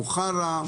בוכרה,